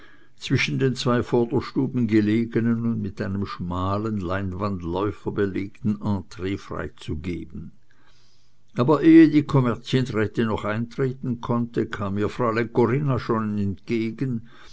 zwischen den zwei vorderstuben gelegenen und mit einem schmalen leinwandläufer belegten entree freizugeben aber ehe die kommerzienrätin noch eintreten konnte kam ihr fräulein corinna schon entgegen